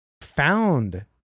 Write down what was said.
found